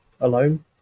alone